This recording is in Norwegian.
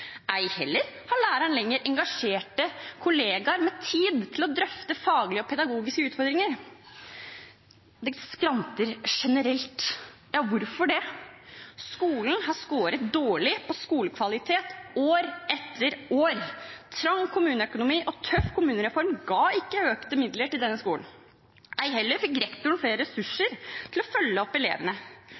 Ei heller har læreren lenger engasjerte kolleger med tid til å drøfte faglige og pedagogiske utfordringer. Det skranter generelt. Hvorfor det? Skolen har skåret dårlig på skolekvalitet år etter år. Trang kommuneøkonomi og tøff kommunereform ga ikke økte midler til denne skolen. Ei heller fikk rektoren flere ressurser til å følge opp elevene.